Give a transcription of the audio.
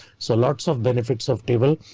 so lots of benefits of table.